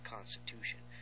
Constitution